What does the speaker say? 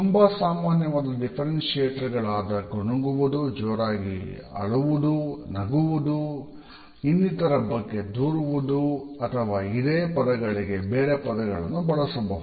ತುಂಬಾ ಸಾಮಾನ್ಯವಾದ ಡಿಫ್ಫೆರೆಂಟಿಯೇಟರ್ ಗಳಾದ ಗುನುಗುವುದು ಜೋರಾಗಿ ಅಳುವುದು ಅಲಾವುದು ನಗುವುದು ಇನ್ನಿತರ ಬಗ್ಗೆ ದೂರುವುದು ಅಥವಾ ಇದೆ ಪದಗಳಿಗೆ ಬೇರೆ ಪದಗಳನ್ನು ಬಳಸಬಹುದು